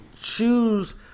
choose